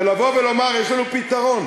ולבוא ולומר: יש לנו פתרון.